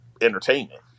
entertainment